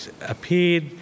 appeared